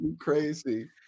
crazy